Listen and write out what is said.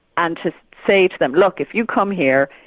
and to say to them, look, if you come here,